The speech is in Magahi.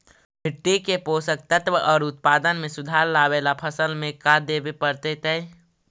मिट्टी के पोषक तत्त्व और उत्पादन में सुधार लावे ला फसल में का देबे पड़तै तै?